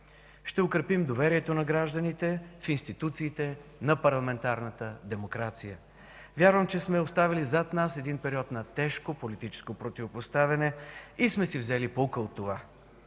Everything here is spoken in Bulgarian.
Ще укрепим доверието на гражданите в институциите на парламентарната демокрация. Вярвам, че сме оставили зад нас един период на тежко политическо противопоставяне и сме си взели поука от това.